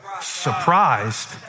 surprised